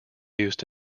used